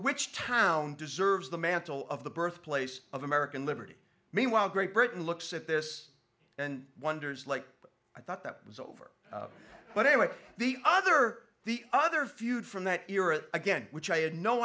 which town deserves the mantle of the birthplace of american liberty meanwhile great britain looks at this and wonders like i thought that was over but anyway the other the other feud from that era again which i had no